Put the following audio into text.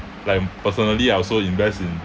like personally I also invest in